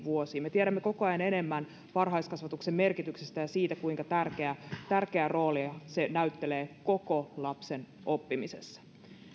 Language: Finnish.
vuosiin me tiedämme koko ajan enemmän varhaiskasvatuksen merkityksestä ja siitä kuinka tärkeää roolia se näyttelee koko lapsen oppimisessa